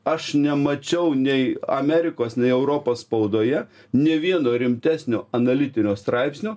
aš nemačiau nei amerikos nei europos spaudoje nė vieno rimtesnio analitinio straipsnio